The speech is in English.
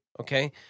okay